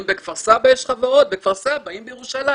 אם בכפר סבא יש חברות, אז בכפר סבא, אם בירושלים